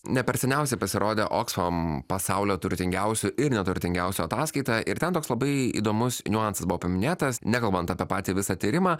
ne per seniausiai pasirodė oxfam pasaulio turtingiausių ir neturtingiausių ataskaita ir ten toks labai įdomus niuansas buvo paminėtas nekalbant apie patį visą tyrimą